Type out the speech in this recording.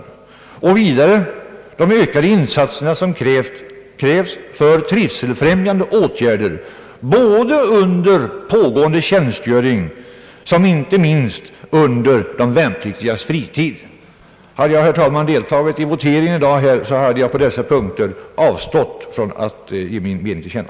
Vidare bör den avse de ökade insatser som krävs för trivselfrämjande åtgärder både under de värnpliktigas tjänstgöring och inte minst under deras fritid. Hade jag, herr talman, i dag deltagit i voteringen, hade jag på dessa punkter avstått från att ge min mening till känna.